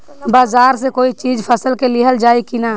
बाजार से कोई चीज फसल के लिहल जाई किना?